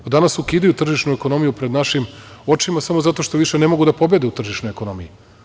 Danas ukidaju tržišnu ekonomiju pred našim očima samo zato što više ne mogu da pobede u tržišnoj ekonomiji.